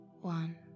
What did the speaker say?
one